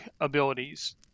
abilities